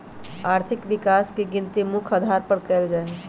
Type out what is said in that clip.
आर्थिक विकास के गिनती मुख्य अधार पर कएल जाइ छइ